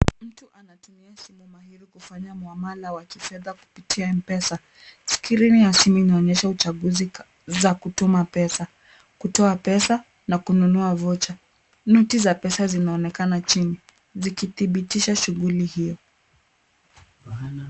Mtu anatumia simu mahiri kufanya muhamala wa kifedha kupitia MPESA. Skrini ya simu inaonyesha uchaguzi wa kutuma pesa, kutoa pesa na kununua vocha. Noti za pesa zinaonekana chini zikibitisha shughuli hiyo.